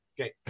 Okay